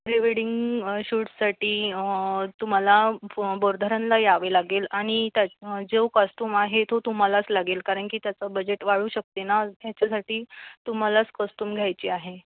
pre wedding शूटसाठी तुम्हाला बोरधरणला यावे लागेल आणि त्याचा जो कॉस्टुम आहे तो तुम्हालाच लागेल कारण की त्याचं बजेट वाढू शकते ना ह्याच्यासाठी तुम्हालाच कॉस्टुम घ्यायची आहे